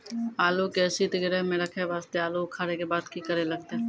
आलू के सीतगृह मे रखे वास्ते आलू उखारे के बाद की करे लगतै?